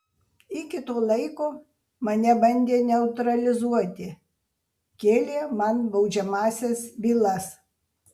iki to laiko mane bandė neutralizuoti kėlė man baudžiamąsias bylas